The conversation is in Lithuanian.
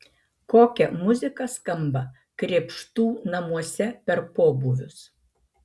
kokia muzika skamba krėpštų namuose per pobūvius